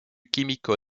kimiko